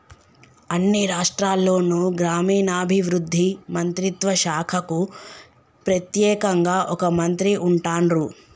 అన్ని రాష్ట్రాల్లోనూ గ్రామీణాభివృద్ధి మంత్రిత్వ శాఖకు ప్రెత్యేకంగా ఒక మంత్రి ఉంటాన్రు